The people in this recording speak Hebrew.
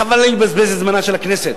חבל לי לבזבז את זמנה של הכנסת,